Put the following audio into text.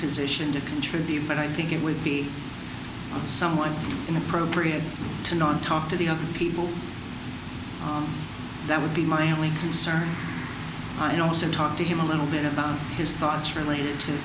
position to contribute but i think it would be somewhat inappropriate to not talk to the other people that would be my only concern i also talked to him a little bit about his thoughts relat